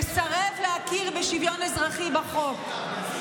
מסרב להכיר בשוויון אזרחי בחוק.